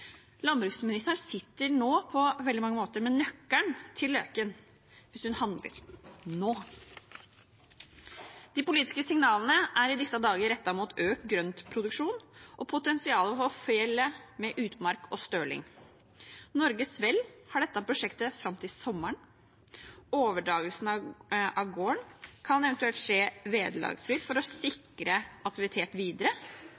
Landbruksministeren sitter nå på veldig mange måter med nøkkelen til Løken – hvis hun handler nå. De politiske signalene er i disse dager rettet mot økt grøntproduksjon, og potensialet for fjellet med utmark og støling. Norges Vel har dette prosjektet fram til sommeren. Overdragelsen av gården kan eventuelt skje vederlagsfritt for å